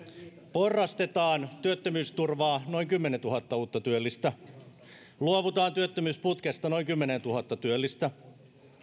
porrastetaan työttömyysturvaa noin kymmenentuhatta uutta työllistä luovutaan työttömyysputkesta noin kymmenentuhatta työllistä